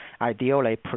ideally